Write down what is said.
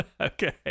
Okay